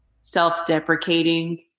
self-deprecating